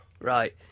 Right